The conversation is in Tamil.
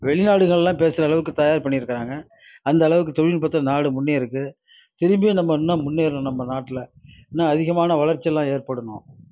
வெளிநாடுகள்லாம் பேசுகிற அளவுக்கு தயார் பண்ணி இருக்காங்க அந்தளவுக்கு தொழில்நுட்பத்தில் நாடு முன்னேறிருக்கு திரும்பியும் நம்ம இன்னும் முன்னேறணும் நம்ம நாட்டில் இன்னும் அதிகமான வளர்ச்சிலாம் ஏற்படணும்